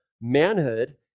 manhood